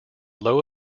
low